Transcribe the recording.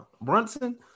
Brunson